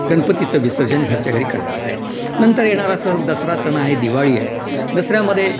गणपतीचं विसर्जन घरच्या घरी करतात आहे नंतर येणारा सर दसरा सण आहे दिवाळी आहे दसऱ्यामध्ये